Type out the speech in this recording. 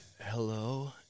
hello